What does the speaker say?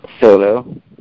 solo